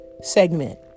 segment